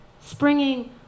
springing